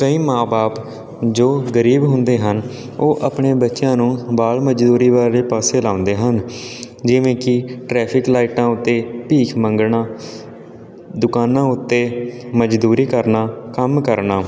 ਕਈ ਮਾਂ ਬਾਪ ਜੋ ਗਰੀਬ ਹੁੰਦੇ ਹਨ ਉਹ ਆਪਣੇ ਬੱਚਿਆਂ ਨੂੰ ਬਾਲ ਮਜ਼ਦੂਰੀ ਵਾਲੇ ਪਾਸੇ ਲਾਉਂਦੇ ਹਨ ਜਿਵੇਂ ਕਿ ਟਰੈਫਿਕ ਲਾਈਟਾਂ ਉੱਤੇ ਭੀਖ ਮੰਗਣਾ ਦੁਕਾਨਾਂ ਉੱਤੇ ਮਜ਼ਦੂਰੀ ਕਰਨਾ ਕੰਮ ਕਰਨਾ